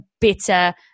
bitter